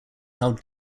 how